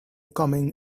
coming